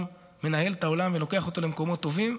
מנהל את העולם ולוקח אותו למקומות טובים,